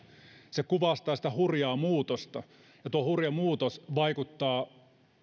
se kuvastaa sitä hurjaa muutosta ja tuo hurja muutos vaikuttaa